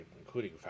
including